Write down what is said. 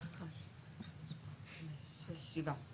שבעה,